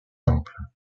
temple